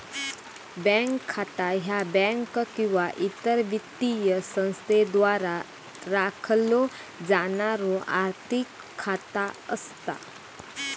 bank खाता ह्या bank किंवा इतर वित्तीय संस्थेद्वारा राखलो जाणारो आर्थिक खाता असता